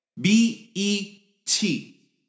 B-E-T